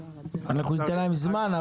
אנחנו ניתן להם זמן,